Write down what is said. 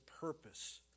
purpose